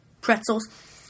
pretzels